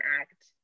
act